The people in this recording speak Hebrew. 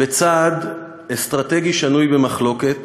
בצעד אסטרטגי שנוי במחלוקת,